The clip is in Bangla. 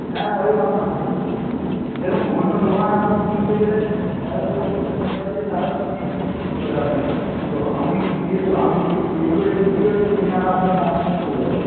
হ্যাঁ সবই বানানো হয় এখানে দেখুন অন্য দোকানে আপনি কিনতে গেলে তারা তো অন্য জায়গা থেকে তারাও কিনে এনে বিক্রি করে আপনাকে তো আমি যেহেতু আমি নিজে তৈরি করে বিক্রি করি তো সেখানে আপনার কম দামে পেয়ে যাবেন